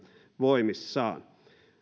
voimissaan